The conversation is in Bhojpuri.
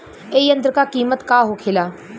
ए यंत्र का कीमत का होखेला?